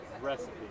recipe